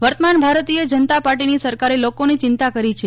વર્તમાન ભારતીય જનતા પાર્ટીની સરકારે લોકોની ચિંતા કરી છે